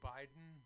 Biden